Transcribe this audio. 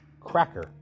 cracker